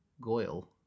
Goyle